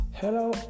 Hello